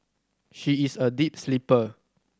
she is a deep sleeper